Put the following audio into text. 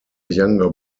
younger